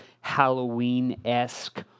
Halloween-esque